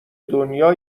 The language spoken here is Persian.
دنیا